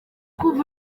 kuva